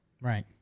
Right